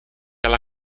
alla